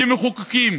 כמחוקקים